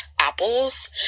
apples